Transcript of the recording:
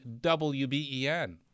WBen